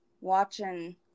watching